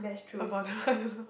about their I don't know